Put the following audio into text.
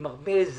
עם הרבה זעם,